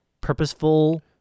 purposeful